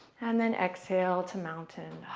and then exhale to mountain.